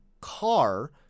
car